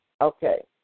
Okay